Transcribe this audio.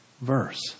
verse